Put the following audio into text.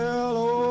Hello